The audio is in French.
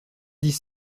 dix